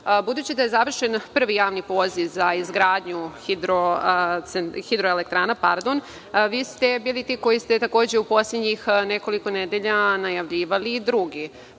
Budući da je završen prvi javni poziv za izgradnju hidroelektrana, vi ste bili ti koji ste u poslednjih nekoliko nedelja najavljivali drugi.